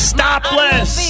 Stopless